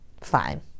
fine